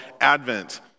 Advent